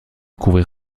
couvrir